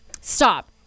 stop